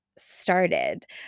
Started